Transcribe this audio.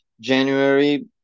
January